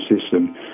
system